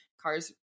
Cars